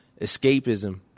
Escapism